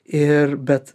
ir bet